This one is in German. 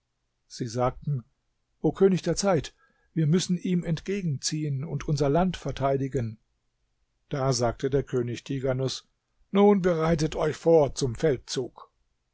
sie sagten o könig der zeit wir müssen ihm entgegenziehen und unser land verteidigen da sagte der könig tighanus nun bereitet euch vor zum feldzug